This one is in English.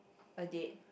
a date